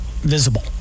Visible